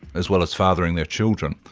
as well as fathering their children.